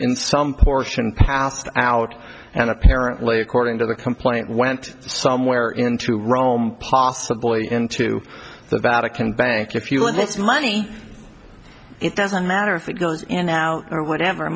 in some portion passed out and apparently according to the complaint went somewhere into rome possibly into the vatican bank if you want this money it doesn't matter if it goes in now or whatever